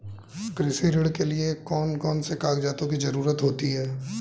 कृषि ऋण के लिऐ कौन से कागजातों की जरूरत होती है?